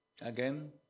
again